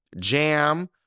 Jam